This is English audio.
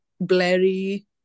blurry